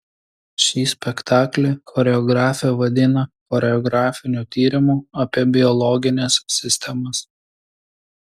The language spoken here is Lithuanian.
šį spektaklį choreografė vadina choreografiniu tyrimu apie biologines sistemas